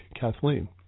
Kathleen